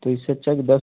तो इससे अच्छा है कि दस